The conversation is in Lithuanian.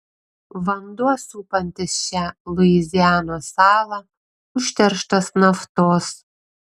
vanduo supantis šią luizianos salą užterštas naftos